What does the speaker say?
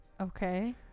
Okay